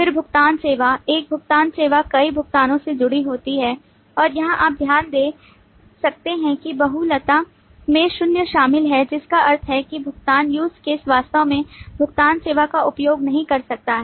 फिर भुगतान सेवा एक भुगतान सेवा कई भुगतानों से जुड़ी होती है और यहां आप ध्यान दे सकते हैं कि बहुलता में शून्य शामिल है जिसका अर्थ है कि भुगतान use case वास्तव में भुगतान सेवा का उपयोग नहीं कर सकता है